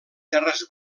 terres